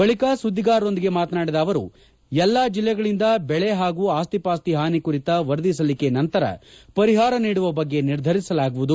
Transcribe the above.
ಬಳಿಕ ಸುದ್ಲಿಗಾರರೊಂದಿಗೆ ಮಾತನಾಡಿದ ಅವರು ಎಲ್ಲಾ ಜಿಲ್ಲೆಗಳಿಂದ ಬೆಳೆ ಹಾಗೂ ಆಸ್ತಿ ಪಾಸ್ತಿ ಹಾನಿ ಕುರಿತ ವರದಿ ಸಲ್ಲಿಕೆ ನಂತರ ಪರಿಹಾರ ನೀಡುವ ಬಗ್ಗೆ ನಿರ್ಧರಿಸಲಾಗುವುದು